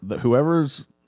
whoever's